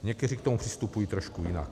Někteří k tomu přistupují trošku jinak.